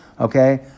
okay